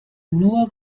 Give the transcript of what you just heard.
nur